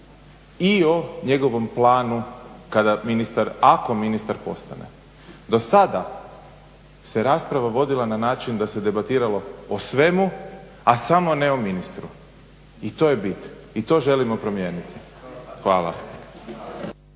i o njegovom planu kada ministar, ako ministar postane. Do sada se rasprava vodila na način da se debatiralo o svemu, a samo ne o ministru i to je bit i to želimo promijeniti. Hvala.